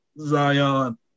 Zion